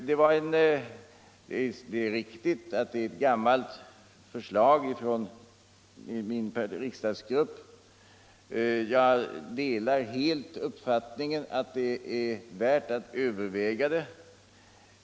Det är riktigt att det är ett gammalt förslag från min partigrupp. Jag delar uppfattningen att det är värt att överväga detta förslag.